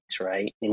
right